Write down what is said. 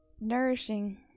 nourishing